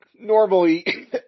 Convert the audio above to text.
normally